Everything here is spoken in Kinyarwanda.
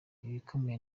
ibikomeye